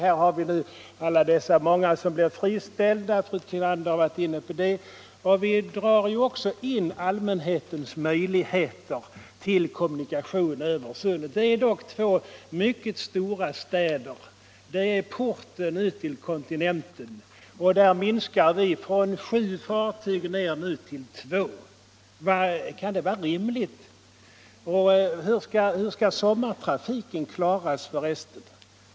Här har vi nu, som fru Tillander var inne på, alla dessa som blir friställda! Och vi drar ju också in allmänhetens möjligheter till kommunikationer över Sundet! Det är ju dock här fråga om två mycket stora städer, porten ut till kontinenten! Och där minskar vi från sju fartyg ner till två. Kan det vara rimligt? Och hur skall för resten sommartrafiken klaras?